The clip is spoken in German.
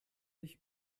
mich